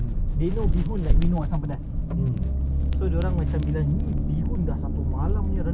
dia punya colour pun dia bilang ni rabak sia dia dah soak lama sangat not oh really I don't know what olives ah dengan dia